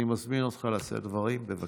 אני מזמין אותך לשאת דברים, בבקשה.